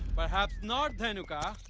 perhaps not, dheunuka,